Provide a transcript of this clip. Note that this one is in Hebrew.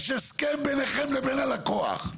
יש הסכם ביניכם לבין הלקוח.